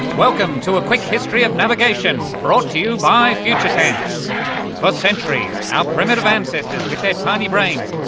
welcome to a quick history of navigation, brought to you by future tense. for centuries our primitive ancestors, with their tiny brains,